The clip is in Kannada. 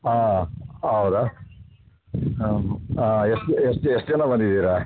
ಹಾಂ ಹೌದಾ ಹಾಂ ಎಷ್ಟು ಎಷ್ಟು ಎಷ್ಟು ಜನ ಬಂದಿದ್ದೀರಾ